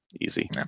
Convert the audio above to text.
Easy